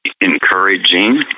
encouraging